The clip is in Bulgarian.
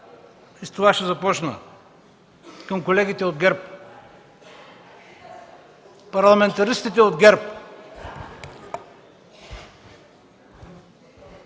с това ще започна – към колегите от ГЕРБ, към парламентаристите от ГЕРБ.